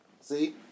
See